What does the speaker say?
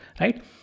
right